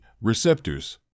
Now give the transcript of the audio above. receptors